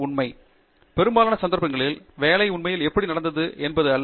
உண்மை பெரும்பாலும் பெரும்பாலான சந்தர்ப்பங்களில் வேலை உண்மையில் எப்படி நடந்தது என்பது அல்ல